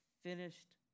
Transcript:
finished